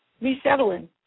resettling